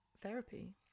therapy